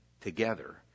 together